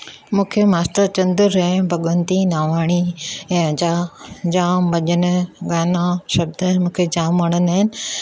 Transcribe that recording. मूंखे मास्टर चंदर ऐं भगवंती नावाणी ऐं जा जाम भॼन गाना शब्द मूंखे जाम वणंदा आहिनि